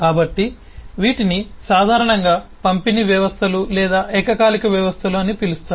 కాబట్టి వీటిని సాధారణంగా పంపిణీ వ్యవస్థలు లేదా ఏకకాలిక వ్యవస్థలు అని పిలుస్తారు